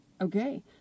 okay